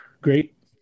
great